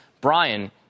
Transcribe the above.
Brian